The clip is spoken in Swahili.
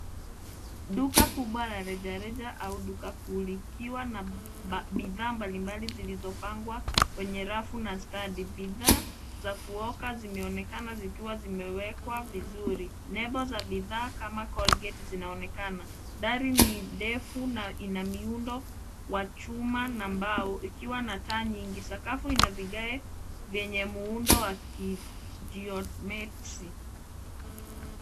Duka kubwa la rejareja au duka kuu likiwa na bidhaa mbalimbali zilizopangwa kwenye rafu na standi. Bidhaa za kuoka zimeonekana zikiwa zimewekwa vizuri. Nembo za bidhaa kama Colgate zinaonekana. Dari ni ndefu na ina miundo wa chuma na mbao ikiwa na taa nyingi. Sakafu ina vigae zenye muundo wa kijiometri.